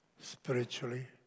spiritually